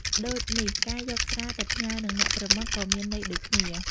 ដូចនេះ ការយកស្រាទៅផ្ញើនឹងអ្នកប្រមឹកក៏មានន័យដូចគ្នា ។